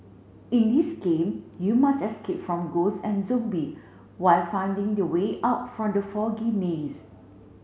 in this game you must escape from ghost and zombie while finding the way out from the foggy maze